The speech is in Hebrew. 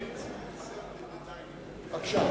בבקשה,